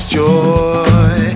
joy